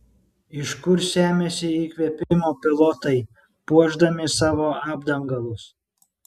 iš kur semiasi įkvėpimo pilotai puošdami savo apdangalus